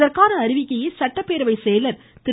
இதற்கான அறிவிக்கையை சட்டப்பேரவை செயலர் திரு